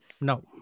no